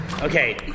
Okay